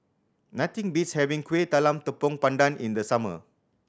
nothing beats having Kueh Talam Tepong Pandan in the summer